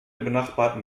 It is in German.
benachbarten